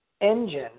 engine